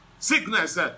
Sickness